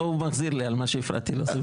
לא, הוא מחזיר לי על מה שהפרעתי לו.